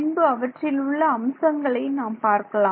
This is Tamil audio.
பின்பு அவற்றில் உள்ள அம்சங்களை நாம் பார்க்கலாம்